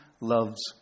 loves